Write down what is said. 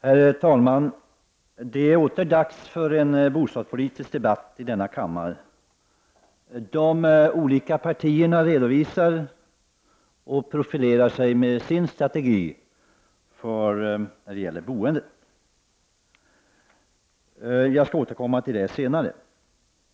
Herr talman! Så är det åter dags för en bostadspolitisk debatt i denna kammare. Partierna profilerar sig och redovisar sin strategi för boendet. Jag skall senare återkomma till det.